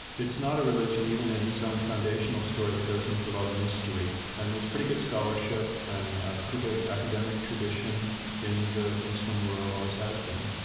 it's not a religion even in its own foundational story that goes in for a lot of mystery and there's pretty good scholarship and a pretty good academic tradition in the muslim world, always has been.